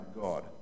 God